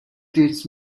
teach